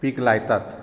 पीक लायतात